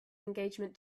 engagement